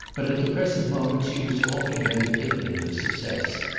but at the present moment she was altogether diffident of success.